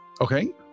Okay